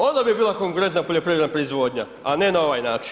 Onda bi bila konkurentna poljoprivredna proizvodnja, a ne na ovaj način.